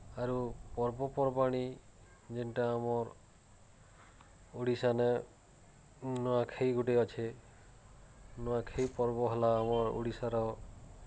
ଆରୁ ପର୍ବପର୍ବାଣି ଯେନ୍ଟା ଆମର୍ ଓଡ଼ିଶାନେ ନୂଆଖାଇ ଗୁଟେ ଅଛେ ନୂଆଖାଇ ପର୍ବ ହେଲା ଆମର୍ ଓଡ଼ିଶାର